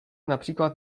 například